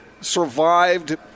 survived